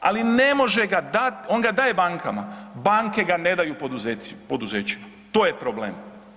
Ali ne može ga dat, on ga daje bankama, banke ga ne daju poduzeću, to je problem.